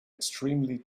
extremely